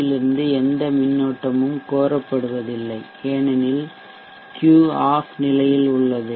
யிலிருந்து எந்த மின்னோட்டமும் கோரப்படுவதில்லை ஏனெனில் Q ஆஃப் நிலையில் உள்ளதுமுடக்கப்பட்டுள்ளது